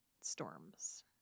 storms